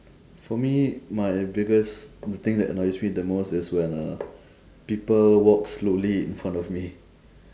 for me my biggest the thing that annoys me the most is when uh people walk slowly in front of me